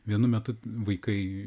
vienu metu vaikai